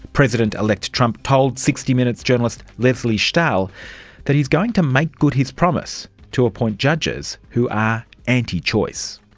president-elect trump told sixty minutes journalist lesley stahl that he's going to make good his promise to appoint judges who are anti-choice.